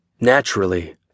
naturally